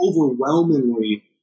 overwhelmingly